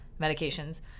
medications